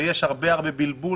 יש הרבה בלבול,